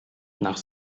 nach